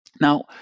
now